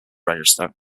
register